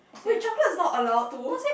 wait chocolate is not allowed too